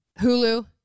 hulu